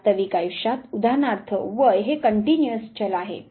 वास्तविक आयुष्यात उदाहरणार्थ वय हे कंटिन्युअस चल आहे